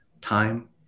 time